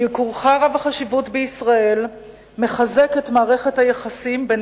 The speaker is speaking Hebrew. ביקורך רב החשיבות בישראל מחזק את מערכת היחסים בין